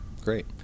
Great